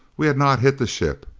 we had not hit the ship.